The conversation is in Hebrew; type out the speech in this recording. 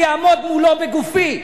אני אעמוד מולו בגופי.